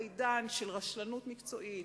בעידן של רשלנות מקצועית,